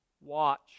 watch